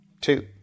two